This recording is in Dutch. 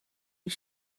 die